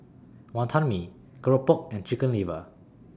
Wantan Mee Keropok and Chicken Liver